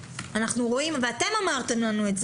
אתם אמרתם לנו,